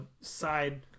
side